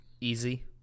Easy